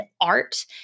Art